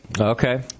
Okay